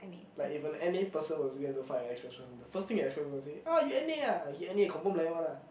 like if an N_A person was get into fight with an express person the first thing an express person will say ah you N_A ah he N_A confirm like that one lah